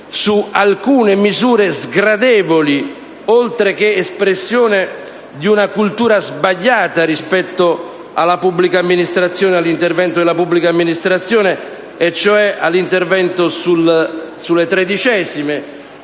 su alcune misure sgradevoli, oltre che espressione di una cultura sbagliata rispetto alla pubblica amministrazione, e cioè all'intervento sulle tredicesime,